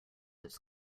its